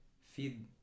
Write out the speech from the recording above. feed